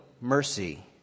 mercy